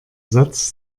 satz